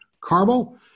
Carmel